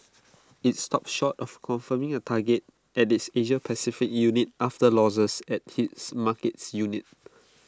IT stopped short of confirming A target at its Asia Pacific unit after losses at its markets unit